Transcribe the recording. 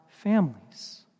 families